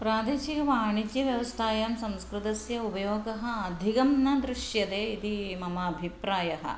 प्रादेशिकवाणिज्यव्यवस्थायां संस्कृतस्य उपयोगः अधिकं न दृश्यते इति मम अभिप्रायः